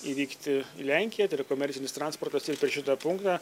įvykti į lenkiją tai yra komercinis transportas ir per šitą punktą